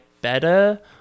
better